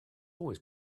always